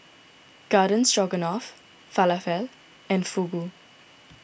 Garden Stroganoff Falafel and Fugu